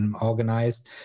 organized